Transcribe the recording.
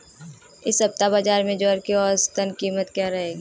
इस सप्ताह बाज़ार में ज्वार की औसतन कीमत क्या रहेगी?